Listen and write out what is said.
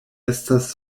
estas